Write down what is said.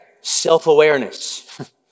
Self-awareness